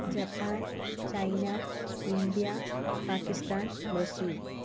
Japan China India Pakistan Brazil